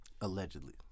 Allegedly